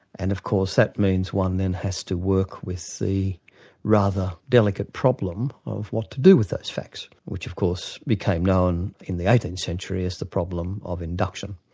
and of course that means one then has to work with the rather delicate problem of what to do with those facts, which of course became known in the eighteenth century as the problem of induction.